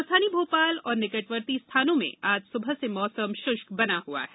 राजधानी भोपाल और निकटवर्ती स्थानों में आज सुबह से मौसम शुष्क बना हुआ है